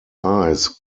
ice